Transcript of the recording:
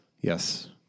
Yes